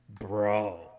Bro